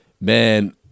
man